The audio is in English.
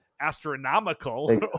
astronomical